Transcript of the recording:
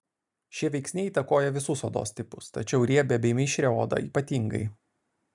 šie veiksniai įtakoja visus odos tipus tačiau riebią bei mišrią odą ypatingai